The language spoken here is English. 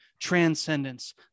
transcendence